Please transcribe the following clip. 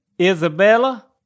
Isabella